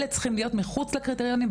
אלה צריכים להיות מחוץ לקריטריונים,